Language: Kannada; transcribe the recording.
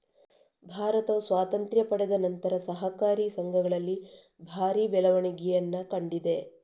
ಭಾರತವು ಸ್ವಾತಂತ್ರ್ಯ ಪಡೆದ ನಂತರ ಸಹಕಾರಿ ಸಂಘಗಳಲ್ಲಿ ಭಾರಿ ಬೆಳವಣಿಗೆಯನ್ನ ಕಂಡಿದೆ